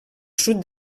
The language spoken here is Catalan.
sud